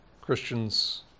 Christians